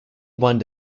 one